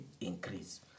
increase